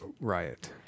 riot